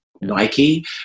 Nike